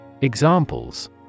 Examples